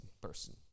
person